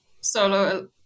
solo